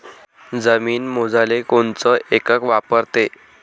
जमीन मोजाले कोनचं एकक वापरते?